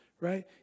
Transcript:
right